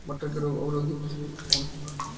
मटर के रोग अवरोधी किस्म कौन होला?